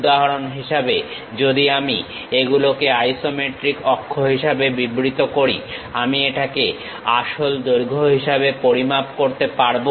উদাহরণ হিসেবে যদি আমি এগুলোকে আইসোমেট্রিক অক্ষ হিসেবে বিবৃত করি আমি এটাকে আসল দৈর্ঘ্য হিসাবে পরিমাপ করতে পারবো